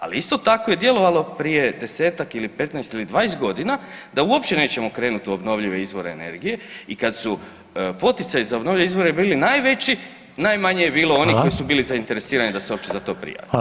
Ali, isto tako je djelovalo prije 10-tak ili 15 ili 20 godina da uopće nećemo krenuti u obnovljive izvore energije i kad su poticaji za obnovljive izvore bili najveći, najmanje je bilo onih koji su [[Upadica: Hvala.]] bili zainteresirani da se uopće za to prijave